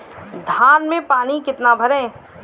धान में पानी कितना भरें?